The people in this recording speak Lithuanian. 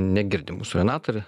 negirdi mūsų renata ir